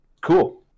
cool